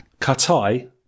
Katai